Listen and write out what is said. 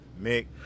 Mick